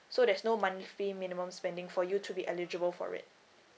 so there's no monthly minimum spending for you to be eligible for it